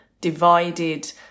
divided